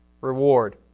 Reward